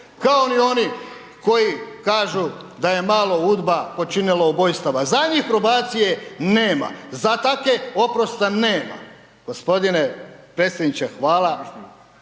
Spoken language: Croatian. kao ni oni koji kažu da je malo UDBA počinila ubojstava, za njih probacije nema, za takve oprosta nema. G. potpredsjedniče, hvala